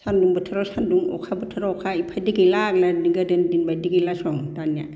सान्दुं बोथोराव सान्दुं अखा बोथोराव अखा बेफोरबायदि गैला गोदोनि दिनबायदि गैलासं दानिया